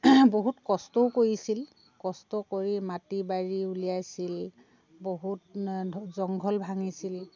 বহুত কষ্টও কৰিছিল কষ্ট কৰি মাটি বাৰী উলিয়াইছিল বহুত জংঘল ভাঙিছিল